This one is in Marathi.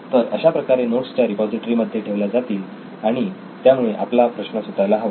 तर अशा प्रकारे नोट्स त्या रिपॉझिटरी मध्ये ठेवल्या जातील आणि त्यामुळे आपला प्रश्न सुटायला हवा